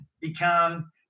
become